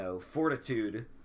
fortitude